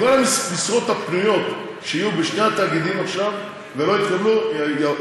כל המשרות הפנויות שיהיו בשני התאגידים עכשיו ולא יתקבלו אליהן,